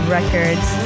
Records